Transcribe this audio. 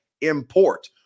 import